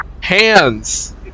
Hands